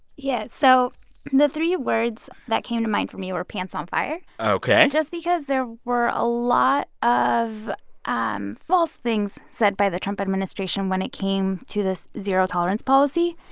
yes. so the three words that came to mind for me were pants on fire ok just because there were a lot of false things said by the trump administration when it came to this zero tolerance policy.